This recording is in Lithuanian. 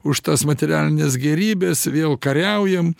už tas materialines gėrybes vėl kariaujam